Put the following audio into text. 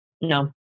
No